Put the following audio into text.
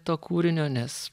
to kūrinio nes